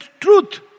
truth